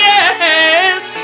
Yes